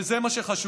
וזה מה שחשוב.